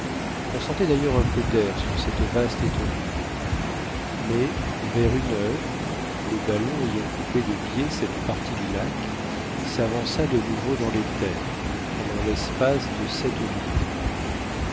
on sentait d'ailleurs un peu d'air sur cette vaste étendue d'eau mais vers une heure le ballon ayant coupé de biais cette partie du lac s'avança de nouveau dans les terres pendant l'espace de sept ou huit milles